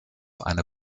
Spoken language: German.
eine